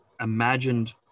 imagined